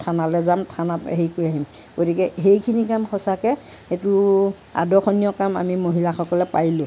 থানালৈ যাম থানাত হেৰি কৰি আহিম গতিকে সেইখিনি কাম সঁচাকে এইটো আদৰ্শনীয় কাম আমি মহিলাসকলে পাৰিলোঁ